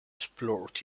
explored